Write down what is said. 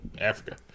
Africa